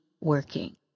working